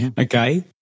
okay